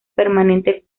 permanente